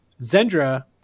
Zendra